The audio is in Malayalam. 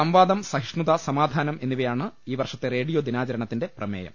സംവാദം സഹിഷ്ണുത സമാധാനം എന്നിവയാണ് ഈ വർഷത്തെ റേഡിയോ ദിനാചരണത്തിന്റെ പ്രമേയം